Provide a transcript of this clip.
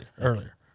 earlier